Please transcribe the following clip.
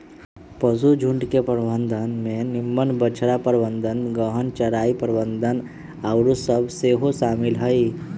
पशुझुण्ड के प्रबंधन में निम्मन बछड़ा प्रबंधन, गहन चराई प्रबन्धन आउरो सभ सेहो शामिल हइ